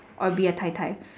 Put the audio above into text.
or be a Tai-Tai